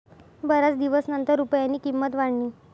बराच दिवसनंतर रुपयानी किंमत वाढनी